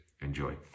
Enjoy